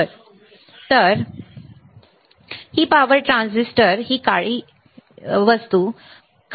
आता ही power transistor ही काळी गोष्ट ही काळी गोष्ट काय आहे